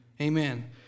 Amen